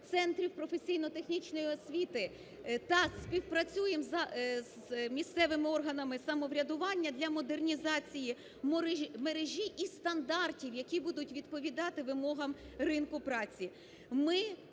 центрів професійно-технічної освіти та співпрацюєм з місцевими органами самоврядування для модернізації мережі і стандартів, які будуть відповідати вимогам ринку праці.